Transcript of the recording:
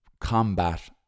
combat